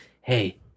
hey